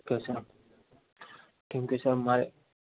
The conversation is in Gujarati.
કસુ કેમકે સાહેબ મારે